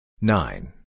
Nine